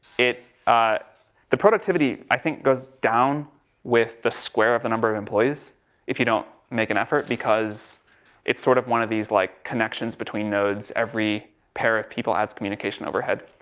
it ah the productivity i think goes down with the square of the number of employees if you don't make an effort because it sort of one of these like connections between nodes, every pair of people adds communication overhead.